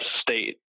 state